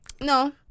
No